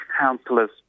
councillors